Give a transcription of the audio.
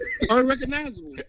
Unrecognizable